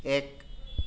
এক